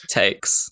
takes